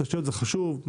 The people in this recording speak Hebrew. תשתיות חשובות,